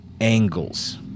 angles